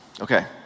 Okay